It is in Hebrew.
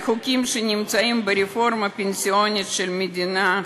על חוקים שנמצאים ברפורמה הפנסיונית של המדינה,